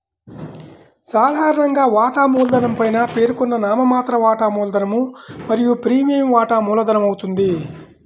సాధారణంగా, వాటా మూలధనం పైన పేర్కొన్న నామమాత్ర వాటా మూలధనం మరియు ప్రీమియం వాటా మూలధనమవుతుంది